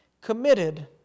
committed